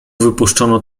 wypuszczono